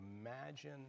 Imagine